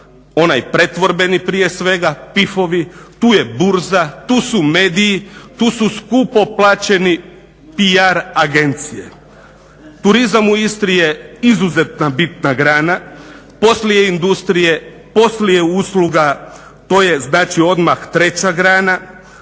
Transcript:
onaj pretvorbeni prije svega PIF-ovi, tu je burza, tu su mediji, tu su skupo plaćeni PR agencije. Turizam u Istri je izuzetno jedna bitna grana, poslije industrije, poslije usluga, to je znači odmah treća grana